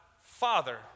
Father